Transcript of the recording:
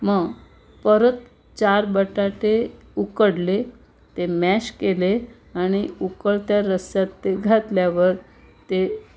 मग परत चार बटाटे उकडले ते मॅश केले आणि उकळत्या रश्श्यात ते घातल्यावर ते